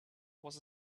was